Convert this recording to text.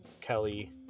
kelly